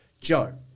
Joe